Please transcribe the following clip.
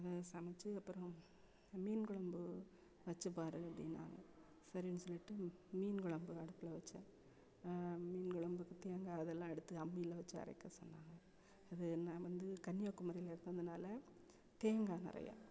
அதை சமைத்து அப்புறம் மீன் கொழம்பு வெச்சுப் பார் அப்படின்னாங்க சரின்னு சொல்லிவிட்டு மீன் கொழம்பு அடுப்பில் வைச்சேன் மீன் கொழம்புக்கு தேங்காய் அதெல்லாம் எடுத்து அம்மியில் வெச்சி அரைக்க சொன்னாங்க அது என்ன நான் வந்து கன்னியாகுமரியில் இருக்கிறதுனால தேங்காய் நிறையா